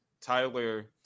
Tyler